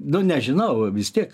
nu nežinau vis tiek